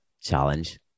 challenge